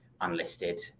unlisted